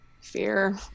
fear